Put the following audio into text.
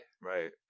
Right